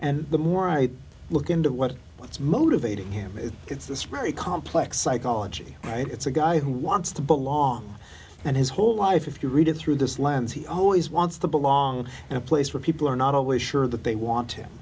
and the more i look into what that's motivating him is it's this very complex psychology and it's a guy who wants to belong and his whole life if you read it through this lens he always wants to belong and a place where people are not always sure that they want him